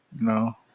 No